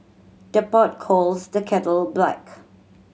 the pot calls the kettle black